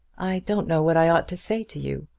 i don't know what i ought to say to you.